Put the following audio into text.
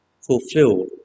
fulfilled